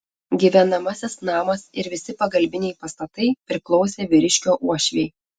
gyvenamasis namas ir visi pagalbiniai pastatai priklausė vyriškio uošvei